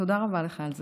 תודה רבה לך על זה.